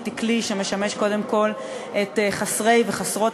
היא כלי שמשמש קודם כול את חסרי וחסרות